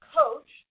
coach